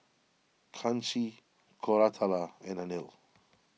Kanshi Koratala and Anil